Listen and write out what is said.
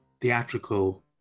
theatrical